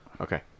Okay